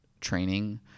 training